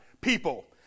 people